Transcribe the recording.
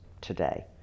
today